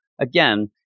again